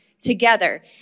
together